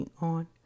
on